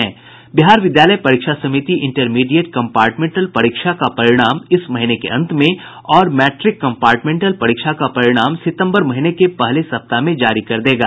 बिहार विद्यालय परीक्षा समिति इंटरमीडिएट कंपार्टमेंटल परीक्षा का परिणाम इस महीने के अंत में और मैट्रिक कंपार्टमेंटल परीक्षा का परिणाम सितम्बर महीने के पहले सप्ताह में जारी कर देगा